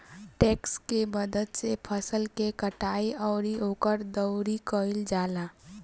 tractor के मदद से फसल के कटाई अउरी ओकर दउरी कईल जाला